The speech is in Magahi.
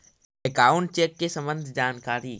अकाउंट चेक के सम्बन्ध जानकारी?